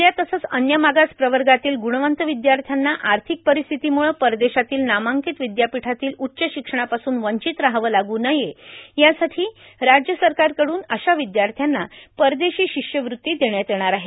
ख्रल्या तसंच अन्य मागास प्रवर्गातील ग्रणवंत विद्यार्थ्यांना आर्थिक परिस्थितीम्रळं परदेशातील नामांकित विद्यापीठातील उच्च शिक्षणापासून वंचित रहावं लागू नये यासाठी राज्य सरकारकड्रन अशा विद्यार्थ्यांना परदेशी शिष्यवृत्ती देण्यात येणार आहे